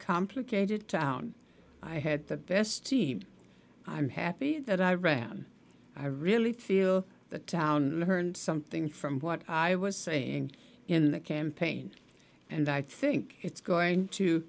complicated town i had the best team i'm happy that i ran i really feel the town learned something from what i was saying in the campaign and i think it's going to